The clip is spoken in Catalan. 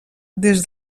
des